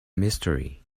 mystery